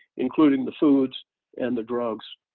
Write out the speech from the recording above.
including the foods and the drugs